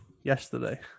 yesterday